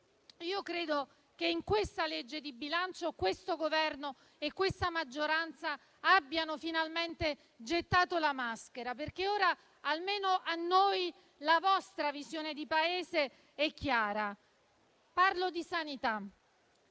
Credo che in questa legge di bilancio questo Governo e questa maggioranza abbiano finalmente gettato la maschera. Ora almeno a noi la vostra visione di Paese è chiara. Parlo di sanità: